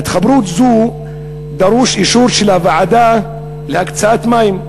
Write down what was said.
להתחברות זו דרוש אישור של הוועדה להקצאת המים,